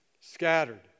scattered